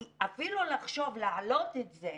אפילו לחשוב להעלות את זה,